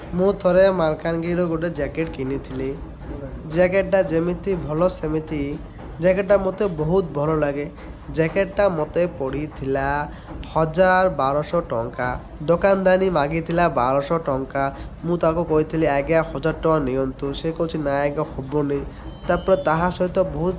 ମୁଁ ଥରେ ମଲକାନଗିରିରୁ ଗୋଟେ ଜ୍ୟାକେଟ୍ କିଣିଥିଲି ଜ୍ୟାକେଟ୍ଟା ଯେମିତି ଭଲ ସେମିତି ଜ୍ୟାକେଟ୍ଟା ମୋତେ ବହୁତ ଭଲ ଲାଗେ ଜ୍ୟାକେଟ୍ଟା ମୋତେ ପଡ଼ିଥିଲା ହଜାର ବାରଶହ ଟଙ୍କା ଦୋକାନଦାନୀ ମାଗିଥିଲା ବାରଶହ ଟଙ୍କା ମୁଁ ତାକୁ କହିଥିଲି ଆଜ୍ଞା ହଜାର ଟଙ୍କା ନିଅନ୍ତୁ ସେ କହୁଛି ନା ଆଜ୍ଞା ହେବନି ତା'ପରେ ତାହା ସହିତ ବହୁତ